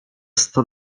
sto